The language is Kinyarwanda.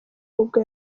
nibwo